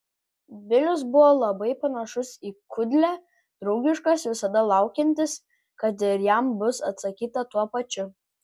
bilis buvo labai panašus į kudlę draugiškas visada laukiantis kad ir jam bus atsakyta tuo pačiu